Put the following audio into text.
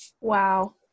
Wow